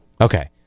okay